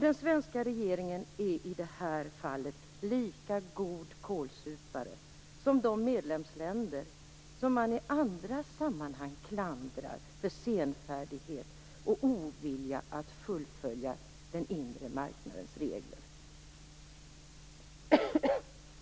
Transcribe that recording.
Den svenska regeringen är i det här fallet lika god kålsupare som de medlemsländer som man i andra sammanhang klandrar för senfärdighet och ovilja att fullfölja den inre marknadens regler.